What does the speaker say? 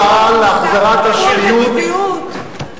זוהי השעה להחזרת השפיות, תתפטרו, תתפטרו.